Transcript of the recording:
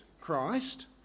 Christ